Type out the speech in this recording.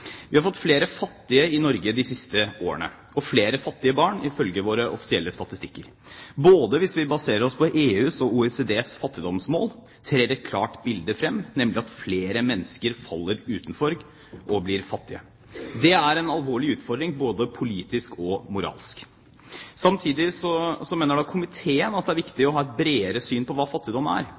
Vi har fått flere fattige i Norge de siste årene, og flere fattige barn, ifølge våre offisielle statistikker. Hvis vi baserer oss på både EUs og OECDs fattigdomsmål, trer et klart bilde fram, nemlig at flere mennesker faller utenfor og blir fattige. Det er en alvorlig utfordring, både politisk og moralsk. Samtidig mener komiteen at det er viktig å ha et bredere syn på hva fattigdom er